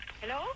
Hello